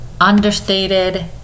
Understated